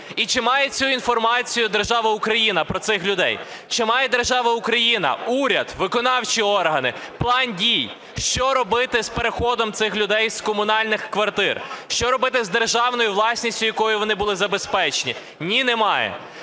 І чи має цю інформацію держава Україна про цих людей? Чи має держава Україна, уряд, виконавчі органи план дій, що робити з переходом цих людей з комунальних квартир? Що робити з державною власністю, якою вони були забезпечені? Ні, не має.